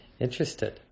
interested